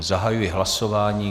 Zahajuji hlasování.